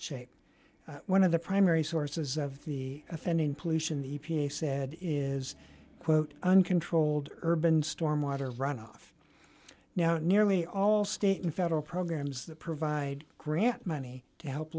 shape one of the primary sources of the offending pollution the e p a said is quote uncontrolled urban storm water runoff now nearly all state and federal programs that provide grant money to help